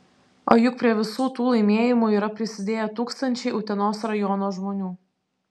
o juk prie visų tų laimėjimų yra prisidėję tūkstančiai utenos rajono žmonių